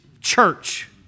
church